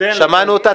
שמענו אותה.